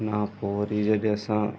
हुन खां पोइ वरी जॾहिं असां